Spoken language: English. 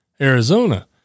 Arizona